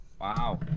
Wow